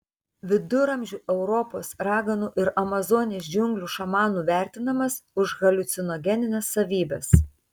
viduramžių europos raganų ir amazonės džiunglių šamanų vertinamas už haliucinogenines savybes